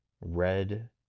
red